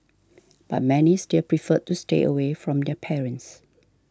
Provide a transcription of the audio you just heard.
but many still preferred to stay away from their parents